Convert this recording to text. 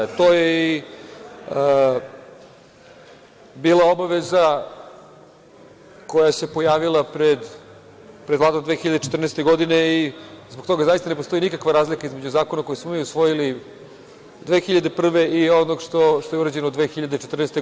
To je i bila obaveza koja se pojavila pred vladom 2014. godine i zbog toga zaista ne postoji nikakva razlika između zakona koji smo mi usvojili 2001. i ovog što je urađeno 2014. godine.